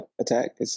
Attack